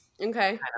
Okay